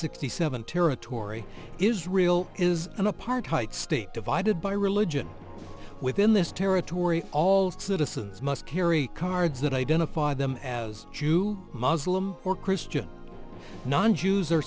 sixty seven territory israel is an apartheid state divided by religion within this territory all citizens must carry cards that identify them as jew muslim or christian non jews